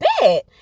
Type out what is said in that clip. bet